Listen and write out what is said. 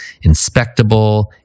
inspectable